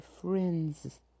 friends